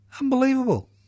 Unbelievable